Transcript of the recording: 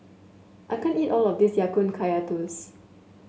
I can't eat all of this Ya Kun Kaya Toast